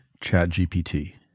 ChatGPT